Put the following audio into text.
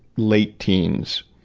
late teens.